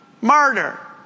murder